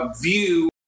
view